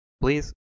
Please